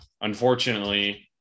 Unfortunately